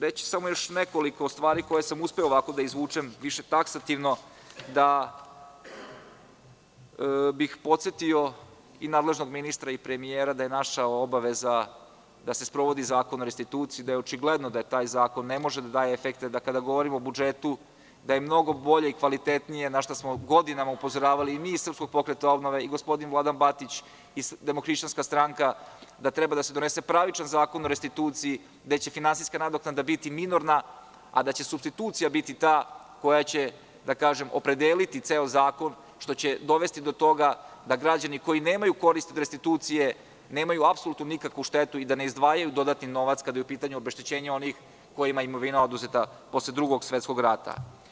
Reći ću još nekoliko stvari koje sam uspeo da izvučem, više taksativno da bih podsetio i nadležnog ministra i premijera da je naša obaveza da se sprovodi Zakon o restituciji, da je očigledno da taj zakon ne može da daje efekte, kada govorimo o budžetu mnogo je bolje i kvalitetnije, na šta smo godinama upozoravali i mi iz SPO i gospodin Vladan Batić i DHSS da treba da se donese pravičan zakon o restituciji, gde će finansijska nadoknada biti minorna, a da će supstitucija biti ta koja će opredeliti ceo zakon, što će dovesti do toga da građani koji nemaju korist restitucije, nemaju apsolutno nikakvu štetu i da ne izdvajaju dodatni novac kada je upitanju obeštećenje onih kojima je imovina oduzeta posle Drugog svetskog rata.